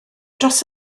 dros